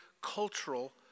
cultural